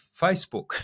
Facebook